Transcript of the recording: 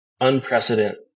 unprecedented